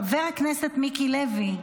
חבר הכנסת מיקי לוי,